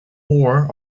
war